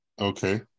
Okay